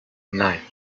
nein